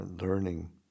learning